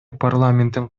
парламенттин